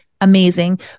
amazing